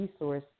resource